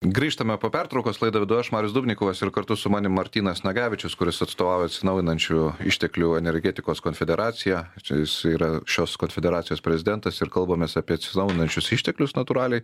grįžtame po pertraukos vedu aš marius dubnikovas ir kartu su manim martynas nagevičius kuris atstovauja atsinaujinančių išteklių energetikos konfederaciją čia jis yra šios konfederacijos prezidentas ir kalbamės apie atsinaujinančius išteklius natūraliai